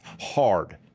hard